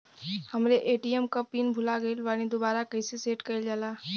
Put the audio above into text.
हमरे ए.टी.एम क पिन भूला गईलह दुबारा कईसे सेट कइलजाला?